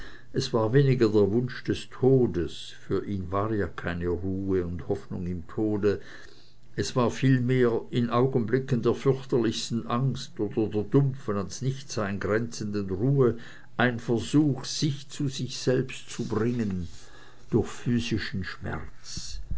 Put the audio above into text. es war weniger der wunsch des todes für ihn war ja keine ruhe und hoffnung im tode es war mehr in augenblicken der fürchterlichsten angst oder der dumpfen ans nichtsein grenzenden ruhe ein versuch sich zu sich selbst zu bringen durch physischen schmerz